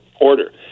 order